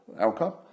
outcome